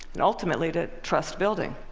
and ultimately to trust building.